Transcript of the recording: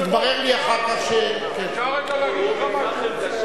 יתברר לי אחר כך --- אפשר רגע להגיד לך משהו?